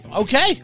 Okay